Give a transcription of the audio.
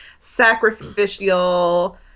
sacrificial